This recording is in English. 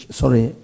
sorry